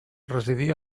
residí